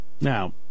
Now